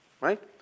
Right